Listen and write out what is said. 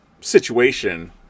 situation